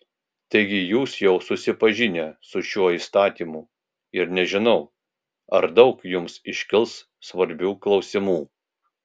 taigi jūs jau susipažinę su šiuo įstatymu ir nežinau ar daug jums iškils svarbių klausimų